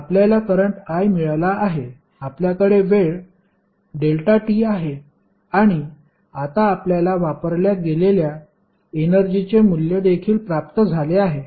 आपल्याला current i मिळाला आहे आपल्याकडे वेळ ∆t आहे आणि आता आपल्याला वापरल्या गेलेल्या एनर्जीचे मूल्य देखील प्राप्त झाले आहे